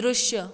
दृश्य